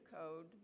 code